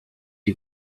die